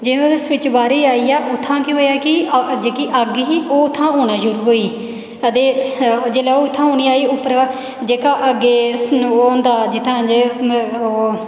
जेल्लै ओह्दा स्विच बाहरै गी आई गेआ उत्थै के होएया कि जेह्की अग्ग ही ओह् उत्थै आना शुरू होई गेई ते जेल्लै ओह् उत्थै नी आई उप्परा जेह्का अग्गै ओह् होंदा जित्थै जे ओह्